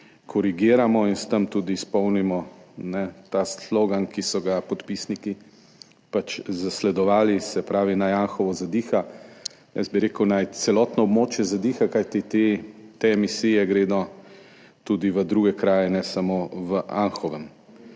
korigiramo in s tem tudi izpolnimo ta slogan, ki so ga podpisniki pač zasledovali, se pravi, Naj Anhovo zadiha! Jaz bi rekel, naj celotno območje zadiha, kajti te emisije gredo tudi v druge kraje, ne samo v Anhovo.